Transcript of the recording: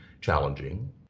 challenging